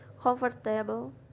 comfortable